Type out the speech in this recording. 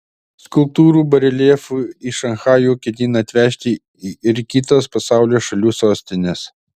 skulptūrų bareljefų į šanchajų ketina atvežti ir kitos pasaulio šalių sostinės